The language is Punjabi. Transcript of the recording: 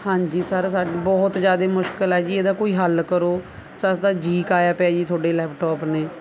ਹਾਂਜੀ ਸਰ ਸਾਡੀ ਬਹੁਤ ਜ਼ਿਆਦਾ ਮੁਸ਼ਕਲ ਆ ਜੀ ਇਹਦਾ ਕੋਈ ਹੱਲ ਕਰੋ ਸਸਤਾ ਜੀ ਅਕਾਇਆ ਪਿਆ ਜੀ ਤੁਹਾਡੇ ਲੈਪਟੋਪ ਨੇ